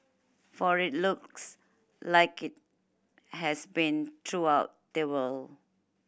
for it looks like it has been throughout the world